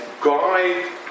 guide